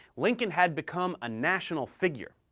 lincoln had become a national figure.